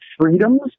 freedoms